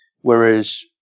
Whereas